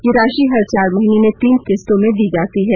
यह राशि हर चार महीने में तीन किस्तों में दी जाती है